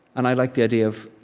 and i like the idea of,